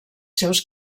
seus